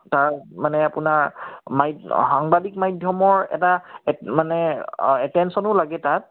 তাৰ মানে আপোনাৰ মাইক সাংবাদিক মাধ্যমৰ এটা মানে অঁ এটেনশ্যনো লাগে তাত